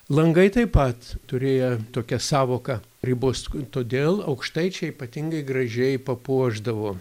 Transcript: langai taip pat turėjo tokią sąvoką ribos todėl aukštaičiai ypatingai gražiai papuošdavo